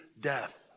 death